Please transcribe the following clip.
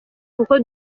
kuko